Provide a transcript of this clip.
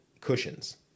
Cushions